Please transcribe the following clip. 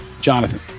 Jonathan